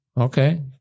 Okay